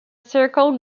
circle